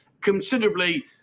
considerably